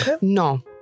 No